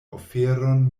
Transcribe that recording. oferon